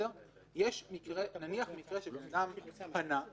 נניח יש מקרה שבן אדם פנה,